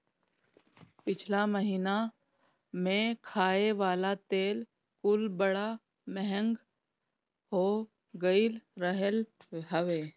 पिछला महिना में खाए वाला तेल कुल बड़ा महंग हो गईल रहल हवे